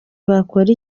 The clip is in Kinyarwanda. bakora